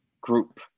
group